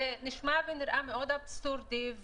זה נשמע ונראה אבסורדי,